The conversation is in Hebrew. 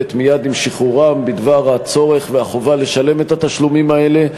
מייד עם שחרורם בדבר הצורך והחובה לשלם את התשלומים האלה,